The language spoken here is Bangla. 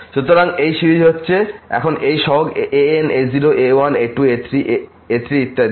সুতরাং এই সিরিজ হচ্ছে এখন এই সহগ an a0 a1a2a3 ইত্যাদি